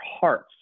hearts